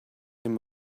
him